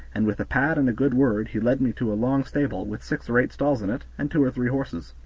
and with a pat and a good word he led me to a long stable, with six or eight stalls in it, and two or three horses.